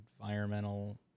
environmental